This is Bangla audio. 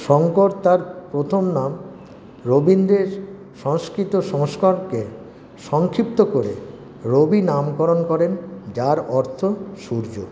শঙ্কর তার প্রথম নাম রবীন্দ্রের সংস্কৃত সংস্করণকে সংক্ষিপ্ত করে রবি নামকরণ করেন যার অর্থ সূর্য